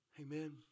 Amen